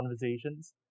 conversations